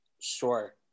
Sure